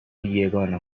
یگانه